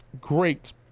Great